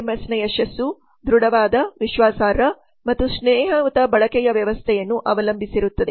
ಪಿಎಂಎಸ್ನ ಯಶಸ್ಸು ದೃಡವಾದ ವಿಶ್ವಾಸಾರ್ಹ ಮತ್ತು ಸ್ನೇಹಯುತ ಬಳಕೆಯ ವ್ಯವಸ್ಥೆಯನ್ನು ಅವಲಂಬಿಸಿರುತ್ತದೆ